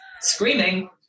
screaming